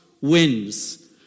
wins